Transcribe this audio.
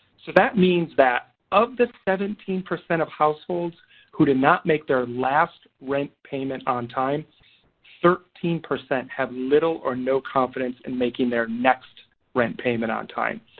so that means that of the seventeen percent of households who did not make their last rent payment on time thirteen percent have little or no confidence in making their next rent payment on time.